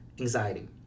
anxiety